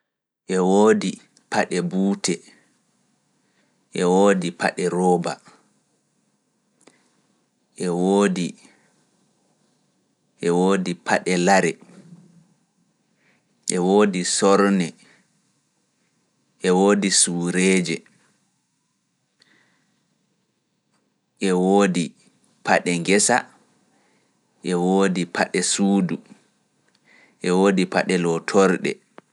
Ewoodi paɗe buute, e woodi paɗe rooba, e woodi paɗe lare, e woodi sorne, e woodi suureeje, e woodi paɗe ngesa, e woodi paɗe suudu, e woodi paɓaɗɗe ngesa, paɗe ɗe suudu, paɗe ɗe lootorɗe.